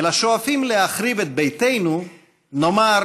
ולשואפים להחריב את ביתנו נאמר